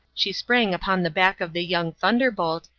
she sprang upon the back of the young thunderbolt,